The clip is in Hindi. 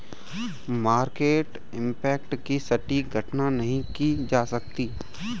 मार्केट इम्पैक्ट की सटीक गणना नहीं की जा सकती